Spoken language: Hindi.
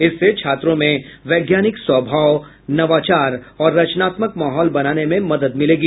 इससे छात्रों में वैज्ञानिक स्वभाव नवाचार और रचनात्मक माहौल बनाने में मदद मिलेगी